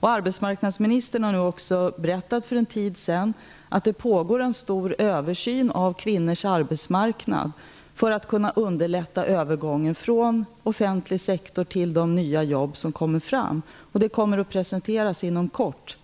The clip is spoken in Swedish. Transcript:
För en tid sedan berättade också arbetsmarknadsministern att det pågår en stor översyn av kvinnors arbetsmarknad för att man skall kunna underlätta övergången från offentlig sektor till de nya jobb som skapas. Både översynen och de tänkta åtgärderna kommer att presenteras inom kort.